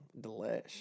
delish